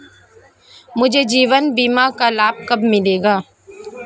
मुझे जीवन बीमा का लाभ कब मिलेगा?